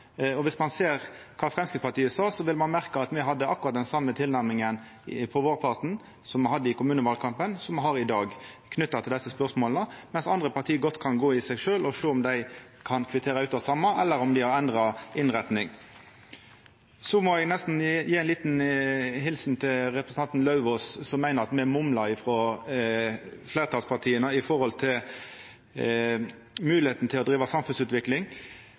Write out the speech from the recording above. Viss ein ser kva Framstegspartiet sa, vil ein merka at me hadde akkurat den same tilnærminga på vårparten som me hadde i kommunevalkampen, og som me har i dag knytt til desse spørsmåla, mens andre parti godt kan gå i seg sjølve og sjå om dei kan kvittera ut det same, eller om dei har endra innretting. Så må eg nesten gje ei lita helsing til representanten Lauvås som meiner me frå fleirtalspartia mumlar om moglegheita til å driva samfunnsutvikling.